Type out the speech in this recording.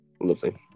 Lovely